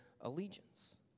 allegiance